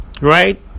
right